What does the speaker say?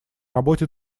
работе